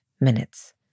minutes